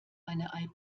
eine